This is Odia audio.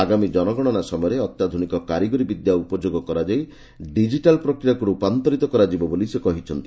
ଆଗାମୀ ଜନଗଣନା ସମୟରେ ଅତ୍ୟାଧୁନିକ କାରିଗରୀବିଦ୍ୟା ଉପଯୋଗ କରାଯାଇ ଡିଜିଟାଲ୍ ପ୍ରକ୍ରିୟାକୁ ରୂପାନ୍ତରିତ କରାଯିବ ବୋଲି ସେ କହିଛନ୍ତି